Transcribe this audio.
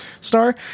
star